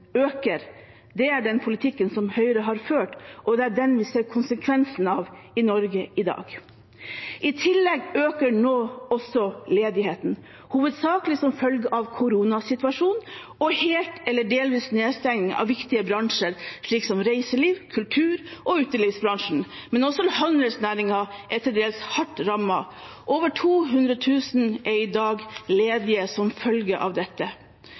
øker. Det er den politikken som Høyre har ført, og det er den vi ser konsekvensene av i Norge i dag. I tillegg øker nå også ledigheten, hovedsakelig som følge av koronasituasjonen og helt eller delvis nedstengning av viktige bransjer, som reiseliv, kultur og utelivsbransjen. Også handelsnæringen er til dels hardt rammet, over 200 000 er i dag ledige som følge av dette.